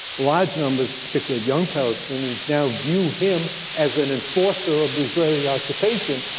large numbers, particularly of young palestinians, now view him as an enforcer of the israeli occupation,